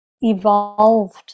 evolved